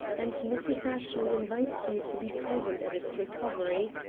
and mrs. ashley invites you to be present at its recovery.